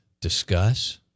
discuss